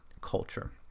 culture